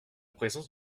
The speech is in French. présence